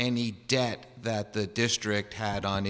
any debt that the district had on